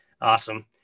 Awesome